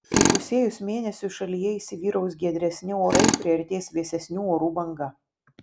įpusėjus mėnesiui šalyje įsivyraus giedresni orai priartės vėsesnių orų banga